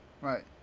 Right